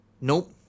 Nope